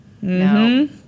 No